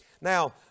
Now